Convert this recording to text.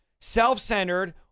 Self-centered